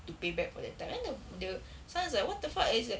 to pay back for the time then the the son in like what the fuck it's like